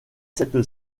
cette